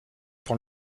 pour